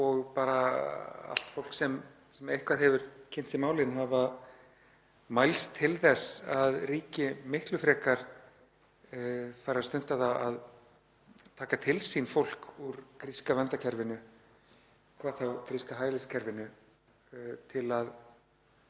og bara allt fólk sem eitthvað hefur kynnt sér málin hafa mælst til þess að ríki fari miklu frekar að stunda það að taka til sín fólk úr gríska verndarkerfinu, hvað þá gríska hæliskerfinu, til að